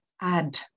add